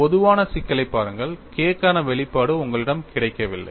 ஒரு பொதுவான சிக்கலைப் பாருங்கள் K க்கான வெளிப்பாடு உங்களிடம் கிடைக்கவில்லை